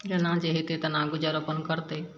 जेना जे हेतय तेना गुजर अपन करतय